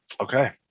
Okay